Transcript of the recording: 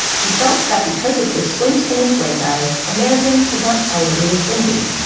he felt that because of the squint in his slant eyes, americans could not tell what he was thinking,